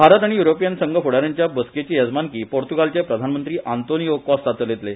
भारत आनी युरोपीयन संघ फुडाऱ्यांच्या बसकेची येजमानकी पुर्तुगालचे प्रधानमंत्री आतोनियो कॉस्ता चलयतले